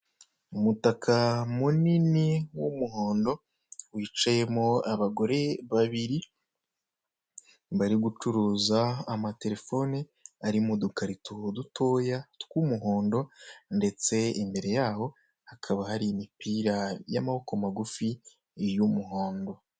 Umutaka munini w'umuhondo, wicayemo abagore babiri, bari gucuruza amatelefone ari mu dukarito dutoya tw'umuhondo, ndetse imbere yaho hakaba hari imipira y'amaboko magufi y'umuhondo.